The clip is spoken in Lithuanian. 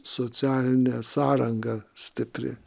socialinė sąranga stipri